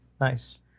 nice